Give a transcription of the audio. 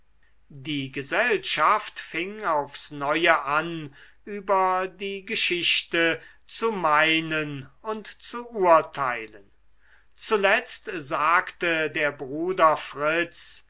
die gesellschaft fing aufs neue an über die geschichte zu meinen und zu urteilen zuletzt sagte der bruder fritz